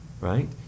Right